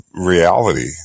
reality